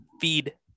Feed